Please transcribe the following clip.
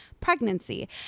pregnancy